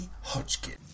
Hodgkin